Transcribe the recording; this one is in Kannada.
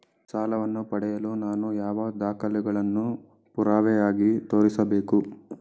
ಸಾಲವನ್ನು ಪಡೆಯಲು ನಾನು ಯಾವ ದಾಖಲೆಗಳನ್ನು ಪುರಾವೆಯಾಗಿ ತೋರಿಸಬೇಕು?